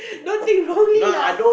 don't think wrongly lah